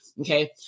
Okay